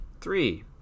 three